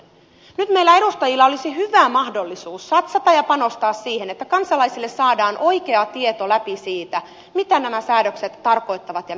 nyt meillä edustajilla olisi hyvä mahdollisuus satsata ja panostaa siihen että kansalaisille saadaan oikea tieto läpi siitä mitä nämä säädökset tarkoittavat ja mitä eivät